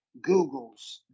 Googles